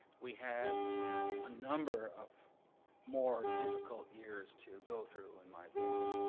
we have a number of more difficult years to go through, in my opinion,